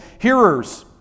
hearers